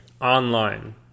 online